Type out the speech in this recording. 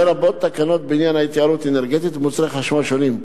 לרבות תקנות בעניין התייעלות אנרגטית במוצרי חשמל שונים.